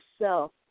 self